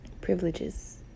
privileges